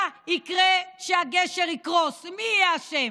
מה יקרה כשהגשר יקרוס, מי יהיה אשם?